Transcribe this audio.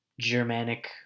Germanic